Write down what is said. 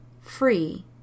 free